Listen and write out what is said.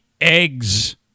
eggs